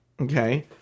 Okay